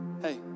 Hey